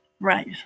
Right